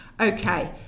Okay